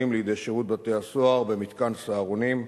לידי שירות בתי-הסוהר במתקן "סהרונים"